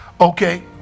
Okay